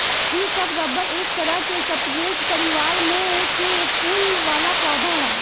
इ सब रबर एक तरह के स्परेज परिवार में के फूल वाला पौधा ह